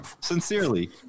Sincerely